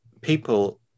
people